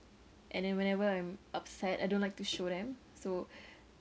and then whenever I'm upset I don't like to show them so